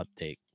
update